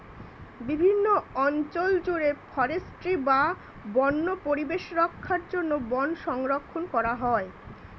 বিভিন্ন অঞ্চল জুড়ে ফরেস্ট্রি বা বন্য পরিবেশ রক্ষার জন্য বন সংরক্ষণ করা হয়